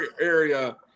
area